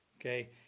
Okay